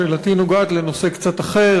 שאלתי נוגעת לנושא קצת אחר,